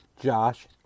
Josh